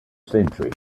century